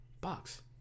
box